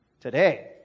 today